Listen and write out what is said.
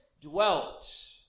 dwelt